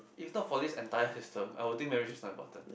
if not for this entire system I would think marriage is not important